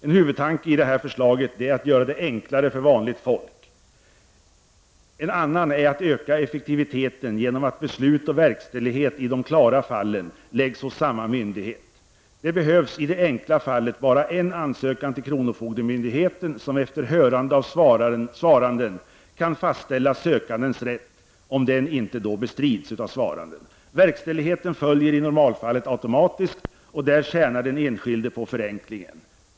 En huvudtanke i förslaget är att göra det enklare för vanligt folk. En annan är att öka effektiviteten genom att beslut och verkställighet i de klara fallen läggs hos samma myndighet. Det behövs i det enkla fallet bara en ansökan till kronofogdemyndigheten, som efter hörande av svaranden kan fastställa sökandens rätt om den inte bestrids av svaranden. Verkställigheten följer i normalfallet automatiskt, och här tjänar den enskilde på förenklingen.